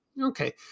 Okay